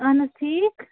اہن حَظ ٹھِیٖک